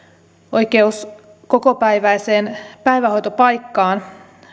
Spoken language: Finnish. oikeus kokopäiväiseen päivähoitopaikkaan